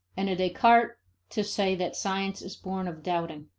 and a descartes to say that science is born of doubting.